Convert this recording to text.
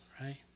right